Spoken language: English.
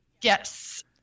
Yes